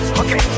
okay